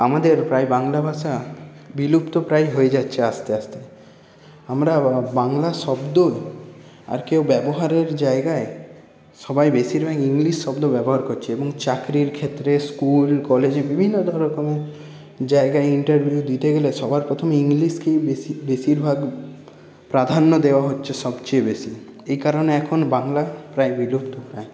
আমাদের প্রায় বাংলা ভাষা বিলুপ্তপ্রায় হয়ে যাচ্ছে আস্তে আস্তে আমরা বাংলা শব্দ আর কেউ ব্যবহারের জায়গায় সবাই বেশিরভাগই ইংলিশ শব্দ ব্যবহার করছি এবং চাকরির ক্ষেত্রে স্কুল কলেজে বিভিন্ন রকমের জায়গায় ইন্টারভিউ দিতে গেলে সবার প্রথম ইংলিশকেই বেশি বেশিরভাগ প্রাধান্য দেওয়া হচ্ছে সবচেয়ে বেশি এই কারণে এখন বাংলা প্রায় বিলুপ্তপ্রায়